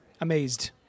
amazed